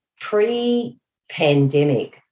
pre-pandemic